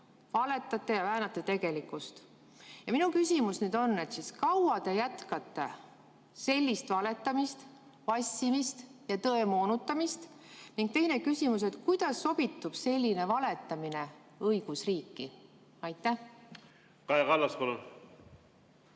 valetate ja väänate tegelikkust. Minu küsimus on: kaua te jätkate sellist valetamist, vassimist ja tõe moonutamist? Ning teine küsimus: kuidas sobitub selline valetamine õigusriiki? Kaja Kallas,